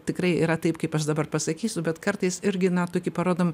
tikrai yra taip kaip aš dabar pasakysiu bet kartais irgi na tokį parodom